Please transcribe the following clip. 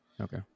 okay